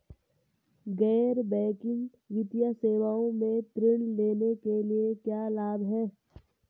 गैर बैंकिंग वित्तीय सेवाओं से ऋण लेने के क्या लाभ हैं?